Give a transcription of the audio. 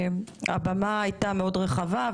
הבמה הייתה רחבה מאוד,